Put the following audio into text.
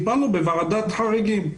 טיפלנו בוועדת חריגים.